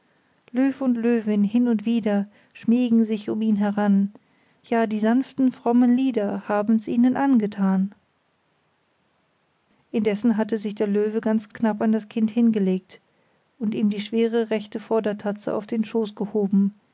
löw und löwin hin und wider schmiegen sich um ihn heran ja die sanften frommen lieder habens ihnen angetan indessen hatte sich der löwe ganz knapp an das kind hingelegt und ihm die schwere rechte vordertatze auf dem schoß gehoben